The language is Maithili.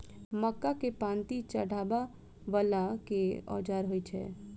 मक्का केँ पांति चढ़ाबा वला केँ औजार होइ छैय?